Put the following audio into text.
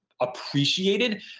appreciated